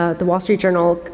ah the wall street journal,